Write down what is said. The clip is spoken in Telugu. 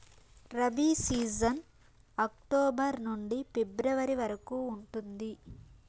రబీ సీజన్ అక్టోబర్ నుండి ఫిబ్రవరి వరకు ఉంటుంది